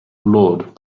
lord